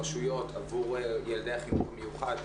קהילתיים ברשויות עבור ילדי החינוך המיוחד.